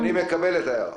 אוקיי, אני מקבל את ההערה.